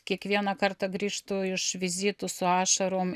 kiekvieną kartą grįžtu iš vizitų su ašarom